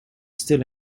still